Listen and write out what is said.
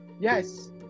yes